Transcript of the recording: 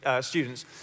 students